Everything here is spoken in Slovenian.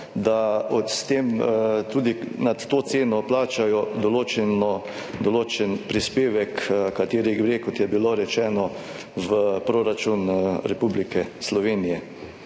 da s tem tudi nad to ceno plačajo določen prispevek, kateri gre, kot je bilo rečeno, v proračun Republike Slovenije.